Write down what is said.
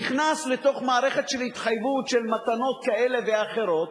נכנס לתוך מערכת של התחייבות של מתנות כאלה ואחרות,